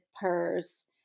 purse